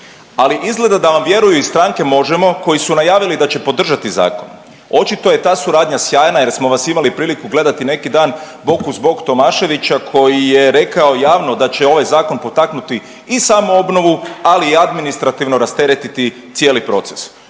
Ali izgleda da vam vjeruju iz stranke Možemo koji su najavili da će podržati zakon, očito je ta suradnja sjajna jer smo vas svi imali priliku gledati neki dan bok uz bok Tomaševića koji je rekao javno da će ovaj zakon potaknuti i samoobnovu, ali i administrativno rasteretiti cijeli proces.